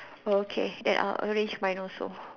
okay then I I'll arrange mine also